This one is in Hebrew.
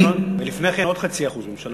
ולפני כן עוד 0.5% הממשלה,